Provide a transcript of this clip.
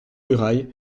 murailles